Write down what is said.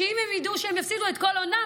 שאם הם ידעו שהם יפסידו את כל הונם,